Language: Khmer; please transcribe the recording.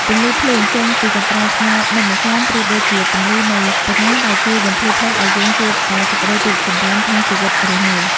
ពន្លឺភ្លើងចេញពីចង្ក្រានស្ងោរនំអន្សមប្រៀបដូចជាពន្លឺនៃបញ្ញាដែលជួយបំភ្លឺផ្លូវឱ្យយើងជួបតែសេចក្ដីរីកចម្រើនក្នុងជីវិតរស់នៅ។